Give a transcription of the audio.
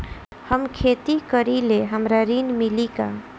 हम खेती करीले हमरा ऋण मिली का?